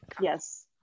Yes